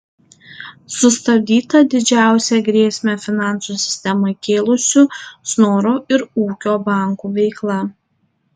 sustabdyta didžiausią grėsmę finansų sistemai kėlusių snoro ir ūkio bankų veikla